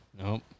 Nope